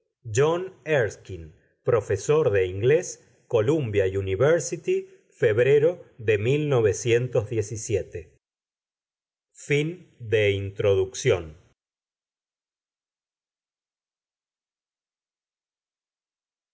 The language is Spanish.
érskine profesor de inglés columbia university febrero de